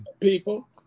people